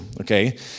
Okay